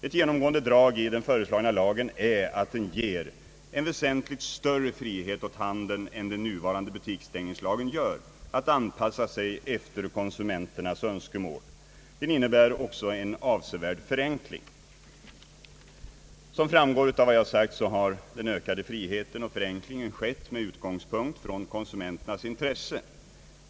Ett genomgående drag i den föreslagna lagen är att den ger en väsentligt större frihet åt handeln än den nuvarande butikstängningslagen gör att anpassa sig efter konsumenternas önskemål. Den innebär också en avsevärd förenkling. Såsom framgår av vad jag sagt har den ökade friheten och förenklingen tillkommit med utgångspunkt från konsumenternas intressen.